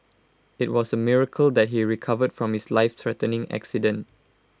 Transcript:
IT was A miracle that he recovered from his lifethreatening accident